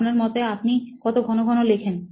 আপনার মতে আপনি কত ঘন ঘন লেখেন